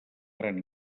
gran